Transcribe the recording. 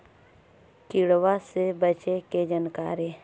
किड़बा से बचे के जानकारी?